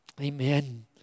Amen